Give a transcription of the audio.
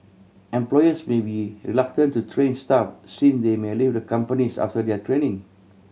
employers may be reluctant to train staff since they may leave the companies after their training